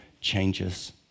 changes